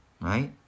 right